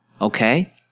okay